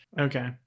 Okay